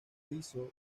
hizo